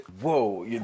Whoa